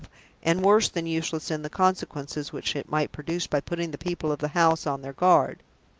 and worse than useless in the consequences which it might produce by putting the people of the house on their guard.